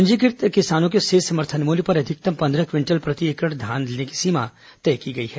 पंजीकृत किसानों से समर्थन मूल्य पर अधिकतम पन्द्रह क्विंटल प्रति एकड़ धान लेने की सीमा तय की गई है